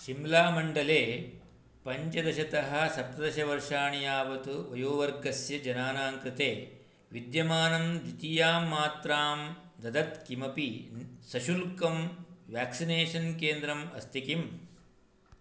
शिम्लामण्डले पञ्चदशतः सप्तदशवर्षाणि यावत् वयोवर्गस्य जनानां कृते विद्यमानं द्वितीयां मात्रां ददत् किमपि सशुल्कं व्याक्सिनेषन् केन्द्रम् अस्ति किम्